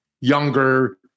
younger